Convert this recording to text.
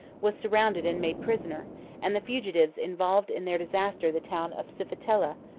was surrounded and made prisoner and the fugitives involved in their disaster the town of sufetula,